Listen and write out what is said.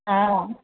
অঁ